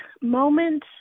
moment